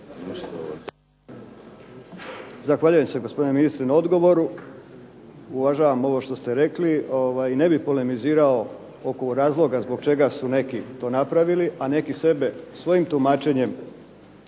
Zahvaljujem se gospodinu ministru na odgovoru, uvažavam ono što ste rekli i ne bih polemizirao oko razloga zbog čega su to neki napravili, a neki sebi, svojim tumačenjem